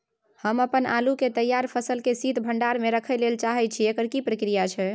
हम अपन आलू के तैयार फसल के शीत भंडार में रखै लेल चाहे छी, एकर की प्रक्रिया छै?